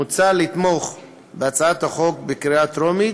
מוצע לתמוך בהצעת החוק בקריאה טרומית,